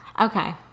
Okay